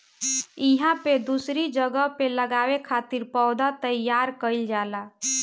इहां पे दूसरी जगह पे लगावे खातिर पौधा तईयार कईल जाला